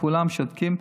שכולם שותקים.